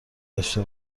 داشته